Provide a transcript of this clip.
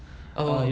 oh